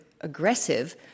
aggressive